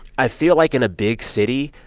i feel like in a big city,